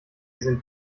sind